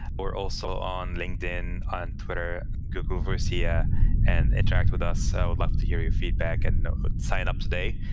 we're also on linkedin, on twitter. google voicea and interact with us. i would love to hear your feedback. and sign up today.